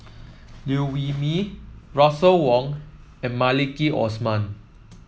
Liew Wee Mee Russel Wong and Maliki Osman